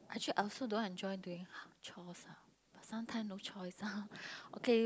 actually I also don't enjoy doing house chores ah but sometimes no choice ah